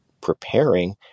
preparing